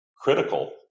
critical